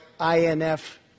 INF